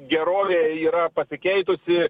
gerovė yra pasikeitusi